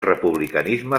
republicanisme